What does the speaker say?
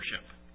worship